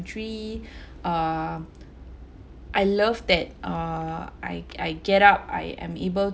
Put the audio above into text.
country um I love that err I I get up I am able